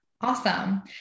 Awesome